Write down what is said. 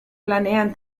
planean